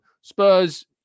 Spurs